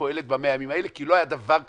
פועלת ב-100 האלה כי לא היה דבר כזה,